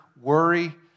worry